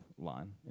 line